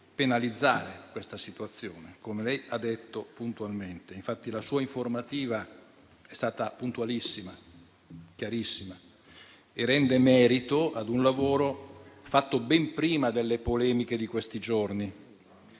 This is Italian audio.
penalizzare questa situazione, come lei ha detto puntualmente. La sua informativa, infatti, è stata puntualissima e chiarissima e rende merito a un lavoro fatto ben prima delle polemiche di questi giorni